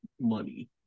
money